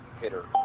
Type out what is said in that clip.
hitter